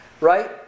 right